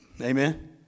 Amen